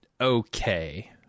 okay